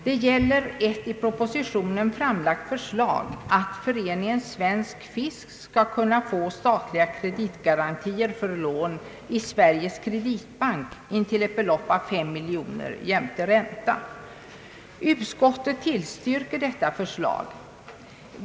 Den gäller ett i propositionen framlagt förslag att föreningen Svensk fisk skall få statliga kreditgarantier för lån i Sveriges kreditbank intill ett belopp av 5 miljoner kronor jämte ränta. Utskottet tillstyrker detta förslag.